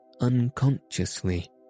Unconsciously